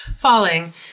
falling